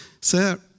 sir